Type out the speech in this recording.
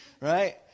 right